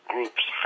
groups